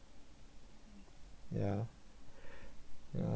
yeah yeah